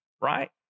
Right